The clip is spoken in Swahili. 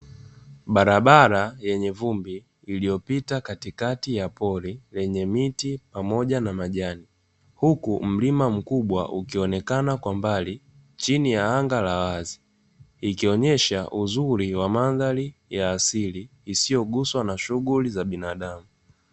Barabara yenye vumbi, iliyopita katikati ya pori lenye miti pamoja na majani. Huku mlima mkubwa ukionekana kwa mbali, chini ya anga la wazi, ikionyesha uzuri wa mandhari ya asili, isiyoguswa na shughuli za binadamu.